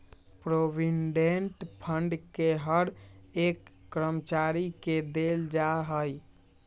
provident fund के हर एक कर्मचारी के देल जा हई